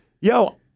yo